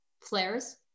flares